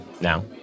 now